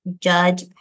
judge